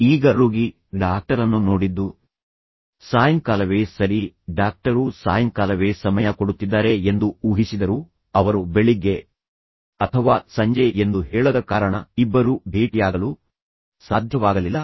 ಈಗ ರೋಗಿ ಡಾಕ್ಟರನ್ನು ನೋಡಿದ್ದು ಸಾಯಂಕಾಲವೇ ಸರಿ ಡಾಕ್ಟರು ಸಾಯಂಕಾಲವೇ ಸಮಯ ಕೊಡುತ್ತಿದ್ದಾರೆ ಎಂದು ಊಹಿಸಿದರು ಅವರು ಬೆಳಿಗ್ಗೆ ಅಥವಾ ಸಂಜೆ ಎಂದು ಹೇಳದ ಕಾರಣ ಇಬ್ಬರೂ ಭೇಟಿಯಾಗಲು ಸಾಧ್ಯವಾಗಲಿಲ್ಲ